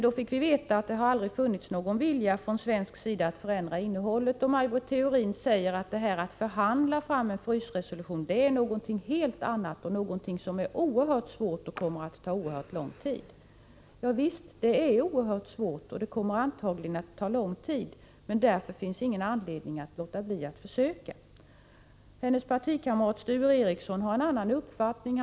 Vi fick nu veta att det aldrig har funnits någon vilja från svensk sida att förändra innehållet i resolutionen, och Maj Britt Theorin säger att det är något helt annat att förhandla fram en frysning än att driva igenom en resolution och att en förhandling kommer att vara oerhört svår och ta oerhört lång tid. Ja visst, det är oerhört svårt och det kommer antagligen att ta lång tid — men det finns ingen anledning att därför låta bli att försöka. Maj Britt Theorins partikamrat Sture Ericson har en annan uppfattning.